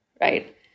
right